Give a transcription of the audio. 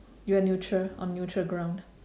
you are neutral on neutral ground